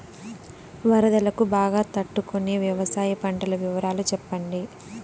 వరదలకు బాగా తట్టు కొనే వ్యవసాయ పంటల వివరాలు చెప్పండి?